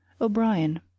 O'Brien